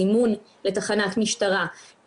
זימון לתחנת משטרה,